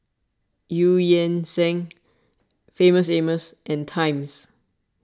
Eu Yan Sang Famous Amos and Times